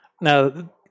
Now